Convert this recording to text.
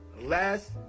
Last